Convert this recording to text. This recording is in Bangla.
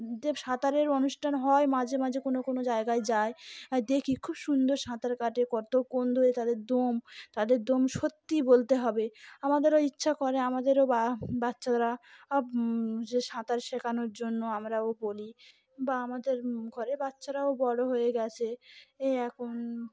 এমনিতে সাঁতারের অনুষ্ঠান হয় মাঝে মাঝে কোনো কোনো জায়গায় যায় দেখি খুব সুন্দর সাঁতার কাটে কতক্ষণ ধরে তাদের দম তাদের দম সত্যিই বলতে হবে আমাদেরও ইচ্ছা করে আমাদেরও বা বাচ্চারা যে সাঁতার শেখানোর জন্য আমরাও বলি বা আমাদের ঘর বাচ্চারাও বড়ো হয়ে গেছে এ এখন